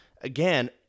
again